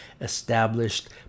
established